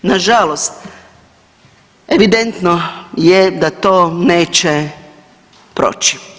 Na žalost evidentno je da to neće proći.